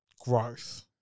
growth